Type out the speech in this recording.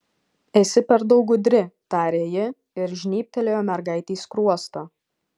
esi per daug gudri tarė ji ir žnybtelėjo mergaitei skruostą